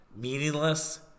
meaningless